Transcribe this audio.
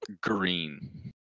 Green